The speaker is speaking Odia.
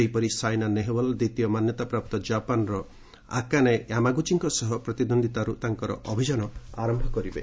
ସେହିପରି ସାଇନା ନେହୱାଲ ଦ୍ୱିତୀୟ ମାନ୍ୟତାପ୍ରାପ୍ତ ଜାପାନର ଆକାନେ ୟାମାଗୁଚିଙ୍କ ସହ ପ୍ରତିଦ୍ୱନ୍ଦ୍ୱୀତାରୁ ତାଙ୍କର ଅଭିଯାନ ଆରମ୍ଭ କରିବେ